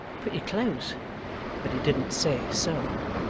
pretty close but he didn't say so.